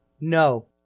No